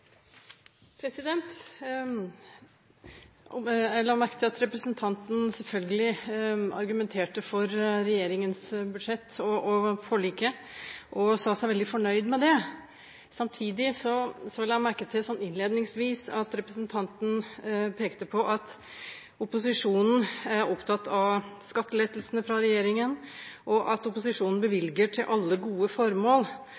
Jeg la merke til at representanten i sitt innlegg selvfølgelig argumenterte for regjeringens budsjett og forliket, og sa seg veldig fornøyd med det. Samtidig la jeg merke til at representanten innledningsvis pekte på at opposisjonen er opptatt av skattelettelsene fra regjeringen, og at opposisjonen